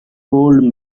old